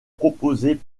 proposée